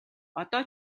одоо